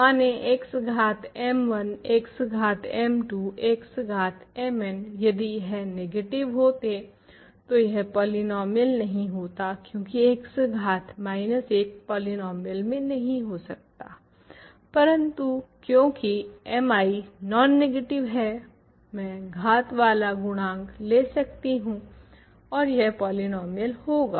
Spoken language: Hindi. मानें x घात m1 x घात m2 x घात mn यदि यह नेगेटिव होते तो यह पोलिनोमियल नहीं होता क्यूंकि x घात 1 पोलिनोमियल में नहीं हो सकता परन्तु क्यूंकि mi नॉन नेगटिव हैं में घात वाला गुणांक ले सकती हूँ ओर यह पोलिनोमियल होगा